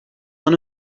one